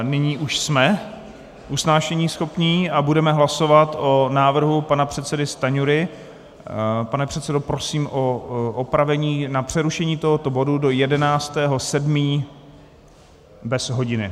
Nyní už jsme usnášeníschopní a budeme hlasovat o návrhu pana předsedy Stanjury pane předsedo, prosím o opravení, na přerušení tohoto bodu do 11. 7. bez hodiny.